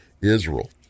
Israel